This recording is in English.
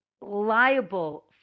liable